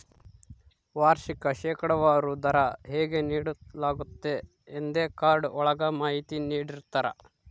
ವಾರ್ಷಿಕ ಶೇಕಡಾವಾರು ದರ ಹೇಗೆ ನೀಡಲಾಗ್ತತೆ ಎಂದೇ ಕಾರ್ಡ್ ಒಳಗ ಮಾಹಿತಿ ನೀಡಿರ್ತರ